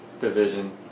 division